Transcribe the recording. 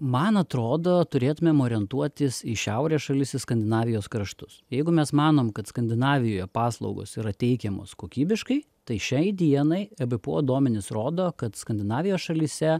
man atrodo turėtumėm orientuotis į šiaurės šalis į skandinavijos kraštus jeigu mes manom kad skandinavijoje paslaugos yra teikiamos kokybiškai tai šiai dienai ebpo duomenys rodo kad skandinavijos šalyse